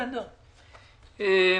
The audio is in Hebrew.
שלום.